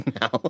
now